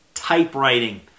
typewriting